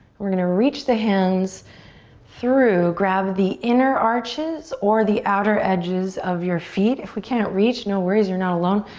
we're gonna reach the hands through, grab of the inner arches or the outer edges of your feet. if we can't reach, no worries, you're not alone.